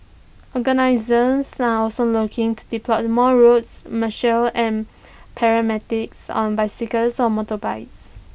organisers are also looking to deploy more routes and paramedics on bicycles or motorbikes